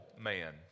man